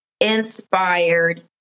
Inspired